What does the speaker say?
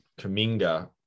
Kaminga